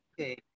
Okay